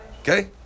Okay